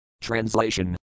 Translation